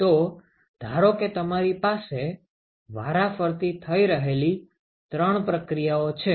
તો ધારો કે તમારી પાસે વારાફરતી થઇ રહેલી ત્રણ પ્રક્રિયાઓ છે